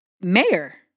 mayor